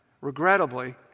regrettably